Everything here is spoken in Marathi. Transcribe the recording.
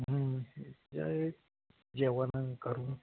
जाऊ एक जेवण आणि करू